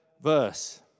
verse